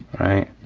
right?